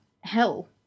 hell